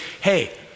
hey